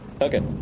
Okay